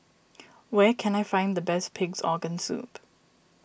where can I find the best Pig's Organ Soup